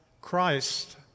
Christ